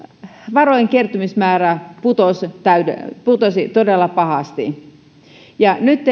varojen kertymismäärä putosi todella pahasti nyt